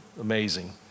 amazing